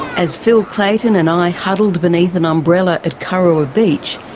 as phil clayton and i huddled beneath an umbrella at kurrawa beach,